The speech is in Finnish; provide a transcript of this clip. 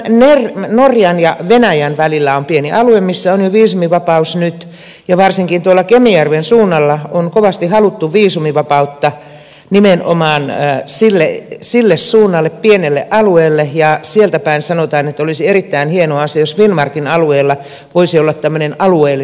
nythän norjan ja venäjän välillä on pieni alue missä on jo viisumivapaus nyt ja varsinkin tuolla kemijärven suunnalla on kovasti haluttu viisumivapautta nimenomaan sille suunnalle pienelle alueelle ja sieltäpäin sanotaan että olisi erittäin hieno asia jos finnmarkin alueella voisi olla tämmöinen alueellinen viisumivapaus